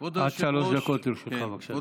שלוש דקות לרשותך, בבקשה.